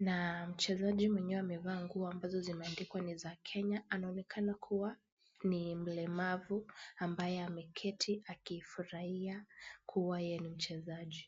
na mchezaji mwenyewe amevaa nguo ambazo zimeandikwa ni za Kenya. Anaonekana kuwa ni mlemavu ambaye ameketi akifurahia kuwa ye ni mchezaji.